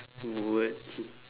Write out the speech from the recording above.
what